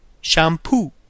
Shampoo